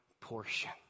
portion